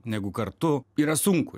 negu kartu yra sunku